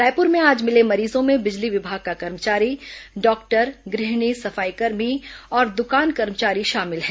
रायपुर में आज मिले मरीजों में बिजली विभाग का कर्मचारी डॉक्टर गृहणी सफाईकर्मी और दुकान कर्मचारी शामिल हैं